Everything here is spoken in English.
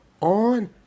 on